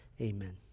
Amen